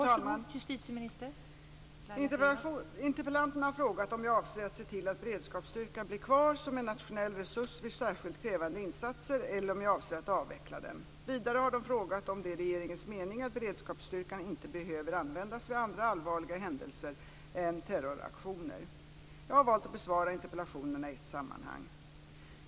Fru talman! Interpellanterna har frågat om jag avser att se till att beredskapsstyrkan blir kvar som en nationell resurs vid särskilt krävande insatser eller om jag avser att avveckla den. Vidare har de frågat om det är regeringens mening att beredskapsstyrkan inte behöver användas vid andra allvarliga händelser än terroraktioner. Jag har valt att besvara interpellationerna i ett sammanhang.